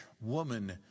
woman